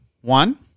one